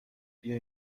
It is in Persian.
بیا